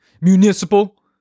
municipal